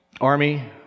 Army